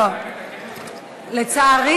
ההצעה תועבר לוועדת הפנים והגנת הסביבה כהצעה